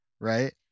Right